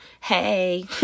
hey